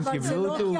הם קיבלו תעודה.